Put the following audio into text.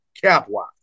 cap-wise